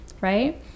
right